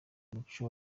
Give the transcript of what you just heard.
umuco